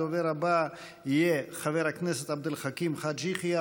הדובר הבא יהיה חבר הכנסת עבד אל חכים חאג' יחיא,